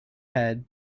head